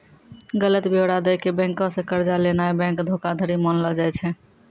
गलत ब्योरा दै के बैंको से कर्जा लेनाय बैंक धोखाधड़ी मानलो जाय छै